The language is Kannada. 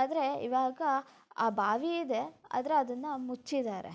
ಆದರೆ ಇವಾಗ ಆ ಬಾವಿ ಇದೆ ಆದರೆ ಅದನ್ನು ಮುಚ್ಚಿದ್ದಾರೆ